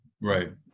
right